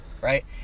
right